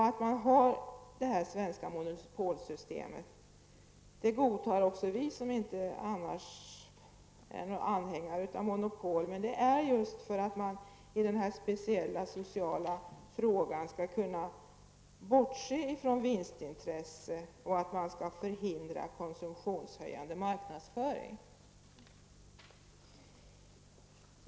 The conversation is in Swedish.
Att detta svenska monopolsystem finns godtar också vi som annars inte är anhängare av monopol. Man skall i denna speciella sociala fråga kunna bortse från vinstintresse och förhindra konsumtionshöjande marknadsföring.